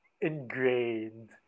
ingrained